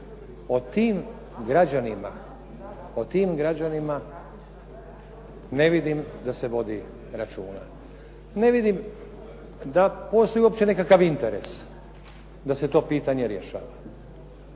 O tim građanima ne vidim da se vodi računa. Ne vidim da postoji uopće nekakav interes da se to pitanje rješava.